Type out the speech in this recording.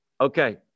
Okay